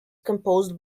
composed